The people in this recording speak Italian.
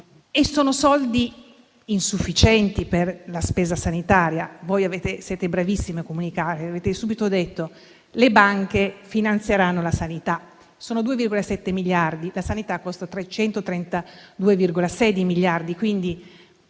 Sono soldi insufficienti per la spesa sanitaria. Voi siete bravissimi a comunicare: avete subito detto che le banche finanzieranno la sanità, ma parliamo di 2,7 miliardi e la sanità costa 332,6 miliardi.